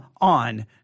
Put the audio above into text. on